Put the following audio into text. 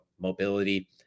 mobility